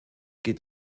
geht